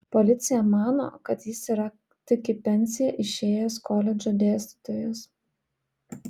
policija mano kad jis yra tik į pensiją išėjęs koledžo dėstytojas